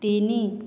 ତିନି